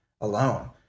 alone